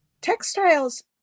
Textiles